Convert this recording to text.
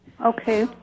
Okay